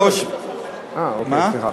סליחה.